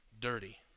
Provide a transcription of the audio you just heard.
dirty